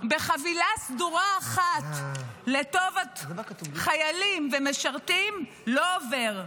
בחבילה סדורה אחת לטובת חיילים ומשרתים לא עובר.